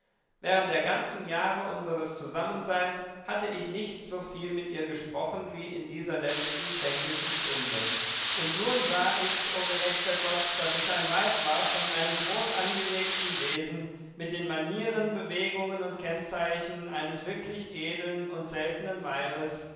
während der ganzen jahre unsers zusammenseins hatte ich nicht so viel mit ihr gesprochen wie in dieser letzten zänkischen stunde und nun sah ich o gerechter gott daß es ein weib war von einem großangelegten wesen mit den manieren bewegungen und kennzeichen eines wirklich edeln und seltenen weibes